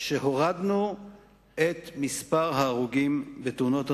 שהורדנו את מספר ההרוגים בתאונות הדרכים,